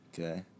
Okay